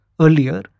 earlier